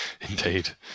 Indeed